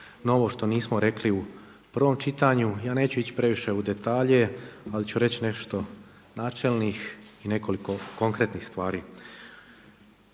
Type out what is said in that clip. novo što nismo rekli u prvom čitanju. Ja neću ići previše u detalje ali ću reći nešto načelnih i nekoliko konkretnih stvari.